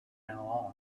now